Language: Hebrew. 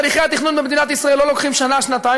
הליכי התכנון במדינת ישראל לא לוקחים שנה-שנתיים,